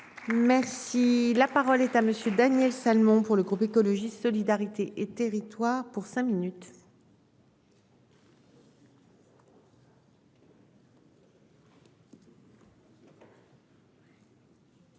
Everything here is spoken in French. Merci la parole est à Monsieur Daniel Salmon pour le groupe écologiste solidarité et territoires pour cinq minutes.--